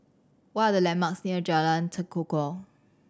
what are the landmarks near Jalan Tekukor